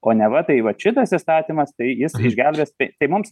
o neva tai vat šitas įstatymas tai jis išgelbės tai mums